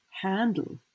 handle